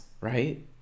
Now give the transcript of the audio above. right